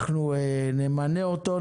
אנחנו נמנה אותו,